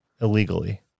Illegally